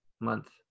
month